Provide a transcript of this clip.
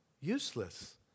Useless